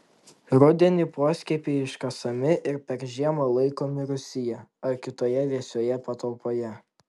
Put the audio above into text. rudenį poskiepiai iškasami ir per žiemą laikomi rūsyje ar kitoje vėsioje patalpoje